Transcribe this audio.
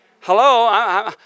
Hello